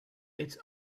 its